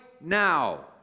now